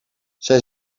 zij